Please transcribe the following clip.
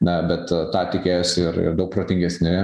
na bet tą tikėjosi ir ir daug protingesni